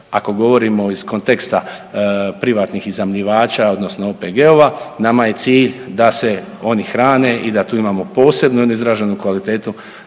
ako govorimo iz konteksta privatnih iznajmljivača odnosno OPG-ova nama je cilj da se oni hrane i da tu imamo posebnu jednu izraženu kvalitetu